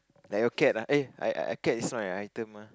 like your cat ah eh a a cat is not an item mah